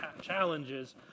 challenges